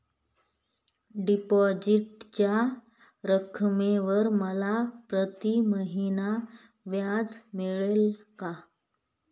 डिपॉझिटच्या रकमेवर मला प्रतिमहिना व्याज मिळेल का?